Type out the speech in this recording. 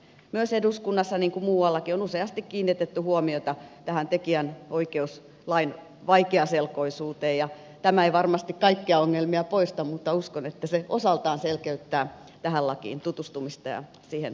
myös eduskunnassa niin kuin muuallakin on useasti kiinnitetty huomiota tähän tekijänoikeuslain vaikeaselkoisuuteen ja tämä ei varmasti kaikkia ongelmia poista mutta uskon että se osaltaan selkeyttää tähän lakiin tutustumista ja siihen perehtymistä